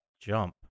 jump